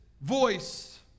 voice